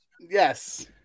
Yes